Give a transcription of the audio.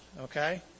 Okay